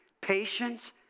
patience